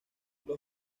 los